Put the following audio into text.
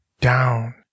down